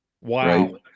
Wow